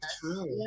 true